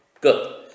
Good